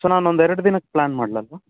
so ನಾನೊಂದೆರಡು ದಿನಕ್ಕೆ plan ಮಾಡಲಾ ಸಾರ್